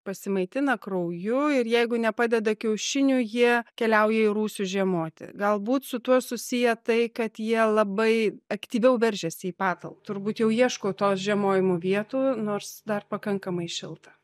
pasimaitina krauju ir jeigu nepadeda kiaušinių jie keliauja į rūsius žiemoti galbūt su tuo susiję tai kad jie labai aktyviau veržiasi į patal turbūt jau ieško tos žiemojimo vietų nors dar pakankamai šilta